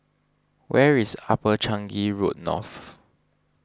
where is Upper Changi Road North